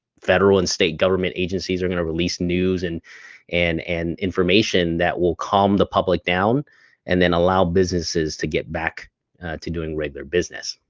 federal and state government agencies are gonna release news and and and information that will calm the public down and then allow businesses to get back to doing regular business.